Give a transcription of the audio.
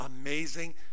amazing